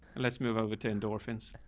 let's move over to endorphins.